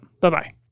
Bye-bye